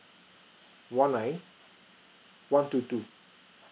one nine one two two